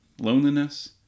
loneliness